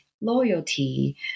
loyalty